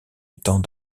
étant